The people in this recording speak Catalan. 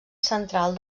central